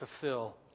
fulfill